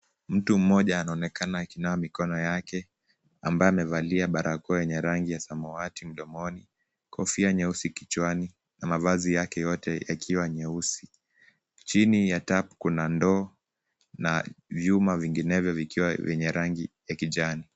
Mtu mmoja anaonekana akinawa mikono yake, ambaye amevalia barakoa yenye rangi ya samawati mdomoni, kofia nyeusi kichwani na mavazi yake yote yakiwa nyeusi. Chini ya tap kuna ndoo na vyuma vinginevyo vikiwa vyenye rangi ya kijani.